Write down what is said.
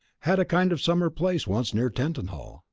had a kind of summer place once near tettenhall,